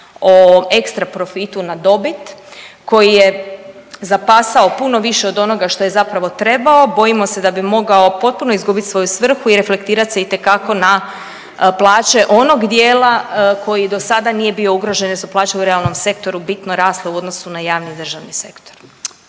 o ekstra profitu na dobit koji je zapasao puno više od onoga što je zapravo trebao, bojimo se da bi mogao potpuno izgubiti svoju svrhu i reflektirati se itekako na plaće onog dijela koji do sada nije bio ugrožen jer su plaće u realnom sektoru bitno rasle u odnosu na javni i državni sektor.